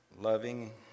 loving